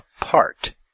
apart